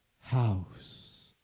house